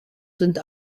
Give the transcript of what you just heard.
sind